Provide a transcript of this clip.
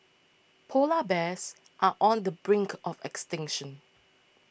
Polar Bears are on the brink of extinction